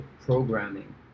programming